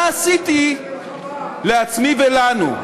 מה עשיתי לעצמי ולנו?